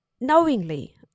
knowingly